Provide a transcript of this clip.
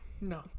No